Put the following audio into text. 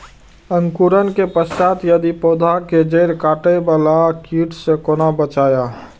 अंकुरण के पश्चात यदि पोधा के जैड़ काटे बाला कीट से कोना बचाया?